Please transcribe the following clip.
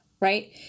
Right